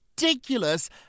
ridiculous